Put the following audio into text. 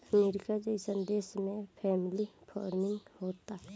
अमरीका जइसन देश में फैमिली फार्मिंग होता